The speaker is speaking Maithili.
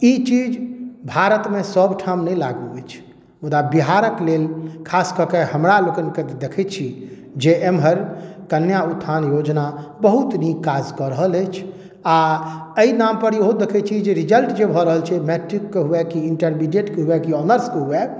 ई चीज भारतमे सभठाम नहि लागू अछि मुदा बिहारक लेल खास कऽ के हमरा लोकनिके देखैत छी जे एहमर कन्या उत्थान योजना बहुत नीक काज कऽ रहल अछि आ एहि नामपर इहो देखैत छी कि रिजल्ट जे भऽ रहल छै ओ मैट्रिकके हुए कि इंटरमिडियटके हुए कि ऑनर्सके हुए